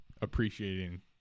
appreciating